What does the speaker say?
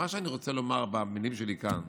מה שאני רוצה לומר במילים שלי כאן: